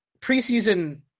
preseason